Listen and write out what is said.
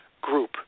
group